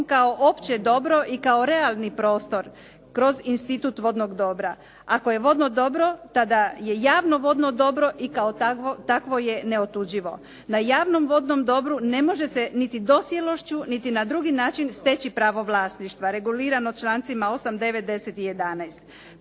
kao opće dobro i kao realni prostor kroz institut vodnog dobra. Ako je vodno dobro tada je javno vodno dobro i kao takvo je neotuđivo. Na javnom vodnom dobru ne može se niti dosjelošću niti na drugi način steći pravo vlasništva, regulirano člancima 8., 9., 10. i 11.